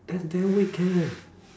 and then weekend leh